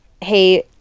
hey